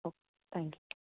okay thank you